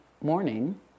morning